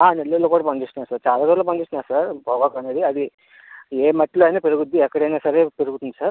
ఆ నెల్లూరులో కూడా పండిస్తున్నారు సార్ చలా చోట్ల పండిస్తున్నారు సార్ పొగాకు అనేది అది ఏ మట్టిలో అయిన పెరుగుద్ది ఎక్కడైనా సరే పెరుగుతుంది సార్